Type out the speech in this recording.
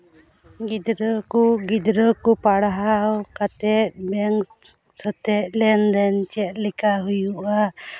ᱜᱤᱫᱽᱨᱟᱹ ᱠᱚ ᱜᱤᱫᱽᱨᱟᱹ ᱠᱚ ᱯᱟᱲᱦᱟᱣ ᱠᱟᱛᱮ ᱵᱮᱝᱠ ᱥᱟᱶᱛᱮ ᱞᱮᱱᱫᱮᱱ ᱪᱮᱫ ᱞᱮᱠᱟ ᱦᱩᱭᱩᱜᱼᱟ